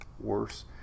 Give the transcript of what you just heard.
worse